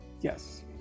Yes